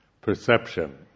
perception